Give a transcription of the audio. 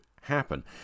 happen